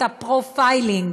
את ה-profiling.